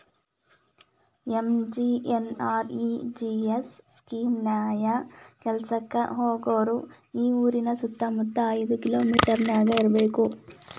MGNREGS scheme ನ್ಯಾಯ ಕೆಲ್ಸಕ್ಕ ಹೋಗೋರು ಆ ಊರಿನ ಸುತ್ತಮುತ್ತ ಐದ್ ಕಿಲೋಮಿಟರನ್ಯಾಗ ಇರ್ಬೆಕ್